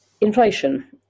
inflation